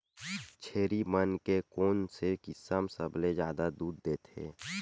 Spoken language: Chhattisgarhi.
छेरी मन के कोन से किसम सबले जादा दूध देथे?